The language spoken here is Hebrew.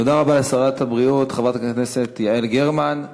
תודה רבה לשרת הבריאות חברת הכנסת יעל גרמן.